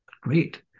great